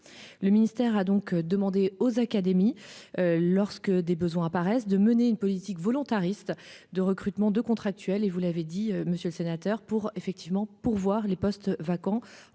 Le ministère a donc demandé aux académies. Lorsque des besoins apparaissent de mener une politique volontariste de recrutement de contractuels et vous l'avez dit, monsieur le sénateur, pour effectivement pourvoir les postes vacants